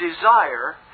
desire